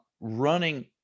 running